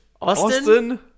Austin